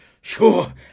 sure